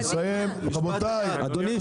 אדוני,